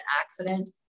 accident